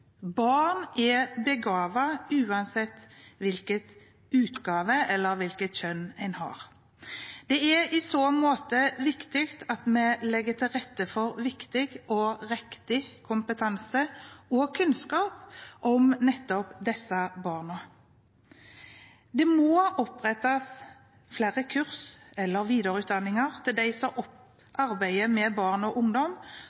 barn er begavede uansett hvilken utgave eller hvilket kjønn de har. Det er i så måte viktig at vi legger til rette for viktig og riktig kompetanse – og kunnskap – om nettopp disse barna. Det må opprettes flere